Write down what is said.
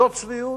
זו צביעות,